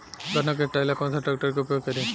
गन्ना के कटाई ला कौन सा ट्रैकटर के उपयोग करी?